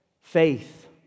Faith